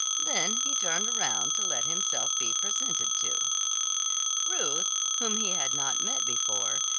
then he turned around to let himself be presented to ruth, whom he had not met before,